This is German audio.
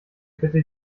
bitte